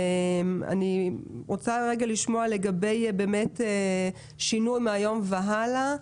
אני רוצה לשמוע לגבי שינוי מהיום והלאה,